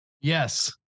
Yes